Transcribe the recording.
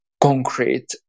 concrete